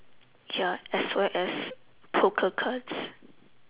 ya as well as poker cards